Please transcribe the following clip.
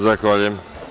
Zahvaljujem.